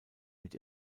mit